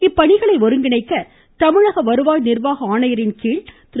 இப்பணிகளை ஒருங்கிணைக்க தமிழக வருவாய் நிர்வாக ஆணையரின் கீழ் திரு